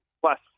plus